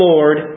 Lord